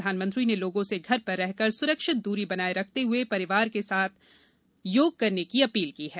प्रधानमंत्री ने लोगों से घर पर रहकर सुरक्षित दूरी बनाये रखते हुए परिवार के सदस्यों के साथ योग करने की अपील की है